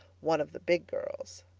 one of the big girls.